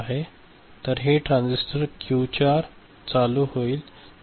तर हे transistor Q4 चालू होईल त्यामुळे हे आउटपुट कमी आहे